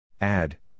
Add